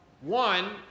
One